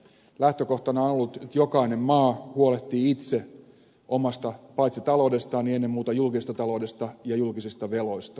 lähtökohtana on ollut että jokainen maa huolehtii itse paitsi omasta taloudestaan myös ennen muuta julkisesta taloudesta ja julkisista veloista